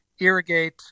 irrigate